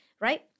right